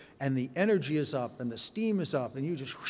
and the energy is up, and the steam is up, and you just,